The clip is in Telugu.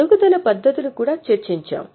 తరుగుదల పద్ధతులు కూడా చర్చించాం